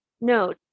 no